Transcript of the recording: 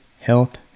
health